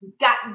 Got